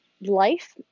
life